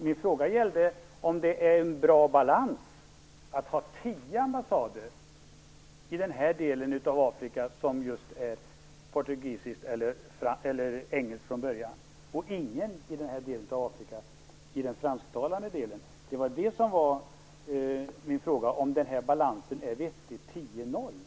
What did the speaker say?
Min fråga gällde om det är en bra balans att ha tio ambassader i den delen av Afrika som är portugisiskt eller engelskt från början och ingen i den fransktalande delen. Det var det som var min fråga. Är balansen tio-noll vettig?